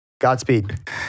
godspeed